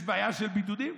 יש בעיה של בידודים?